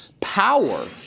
power